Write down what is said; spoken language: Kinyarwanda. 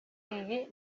iyi